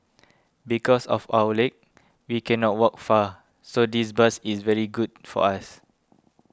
because of our leg we cannot walk far so this bus is very good for us